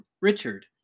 richard